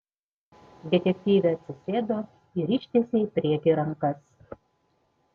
detektyvė atsisėdo ir ištiesė į priekį rankas